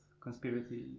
conspiracy